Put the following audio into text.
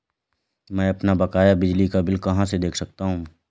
मैं अपना बकाया बिजली का बिल कहाँ से देख सकता हूँ?